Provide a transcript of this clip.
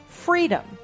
Freedom